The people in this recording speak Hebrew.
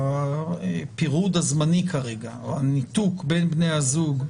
שהפירוד הזמני כרגע או הניתוק בין בני הזוג,